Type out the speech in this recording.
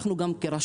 אנחנו גם כרשות,